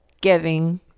Giving